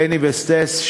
בני וסטס,